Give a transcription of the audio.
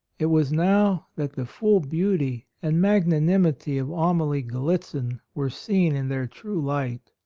it was now that the full beauty and magnanimity of amalie gallitzin were seen in their true light.